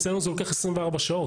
אצלנו זה לוקח 24 שעות.